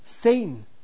Satan